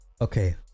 okay